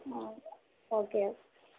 okay